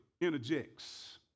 interjects